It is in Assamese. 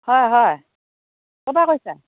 হয় হয় ক'ৰ পৰা কৈছা